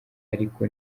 ariko